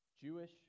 Jewish